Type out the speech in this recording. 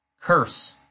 curse